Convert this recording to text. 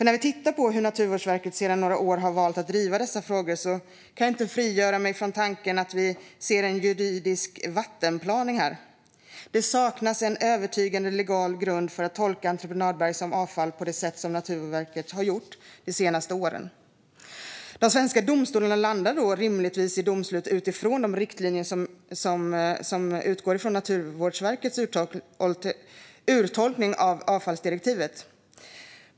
När vi tittar på hur Naturvårdsverket sedan några år har valt att driva dessa frågor kan jag inte frigöra mig från tanken att vi här ser en juridisk vattenplaning. Det saknas en övertygande legal grund för att klassa entreprenadberg som avfall på det sätt som Naturvårdsverket har gjort de senaste åren. De svenska domstolarna landar rimligtvis i domslut utifrån de riktlinjer som utgår från Naturvårdsverkets tolkning av avfallsdirektivet.